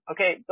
Okay